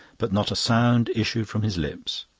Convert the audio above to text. but not a sound issued from his lips.